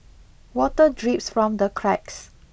water drips from the cracks